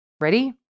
ready